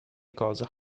cosa